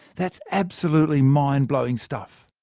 that's absolutely mind-blowing stuff.